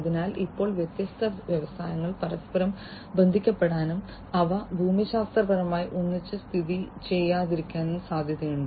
അതിനാൽ ഇപ്പോൾ വ്യത്യസ്ത വ്യവസായങ്ങൾ പരസ്പരം ബന്ധിപ്പിക്കപ്പെടാനും അവ ഭൂമിശാസ്ത്രപരമായി ഒന്നിച്ച് സ്ഥിതിചെയ്യാതിരിക്കാനും സാധ്യതയുണ്ട്